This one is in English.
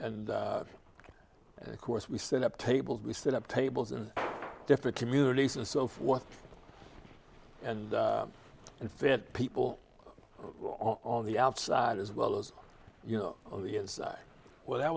and and of course we set up tables we set up tables and different communities and so forth and if it people on the outside as well as you know on the inside well that